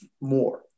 more